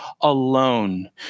alone